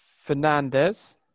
Fernandez